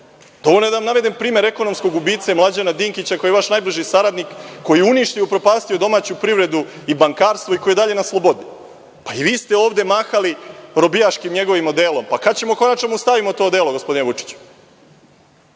Dovoljno je da vam navedem primer ekonomskog ubice Mlađana Dinkića, koji je vaš najbliži saradnik, koji je uništio i upropastio domaću privredu i bankarstvo i koji je i dalje na slobodi. Pa i vi ste ovde mahali robijaškim njegovim odelom. Kad ćemo konačno da mu stavimo to odelo, gospodine